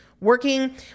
working